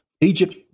Egypt